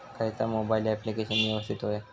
खयचा mobile application यवस्तित होया?